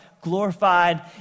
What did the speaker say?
glorified